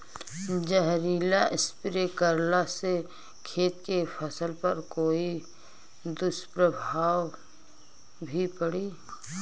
जहरीला स्प्रे करला से खेत के फसल पर कोई दुष्प्रभाव भी पड़ी?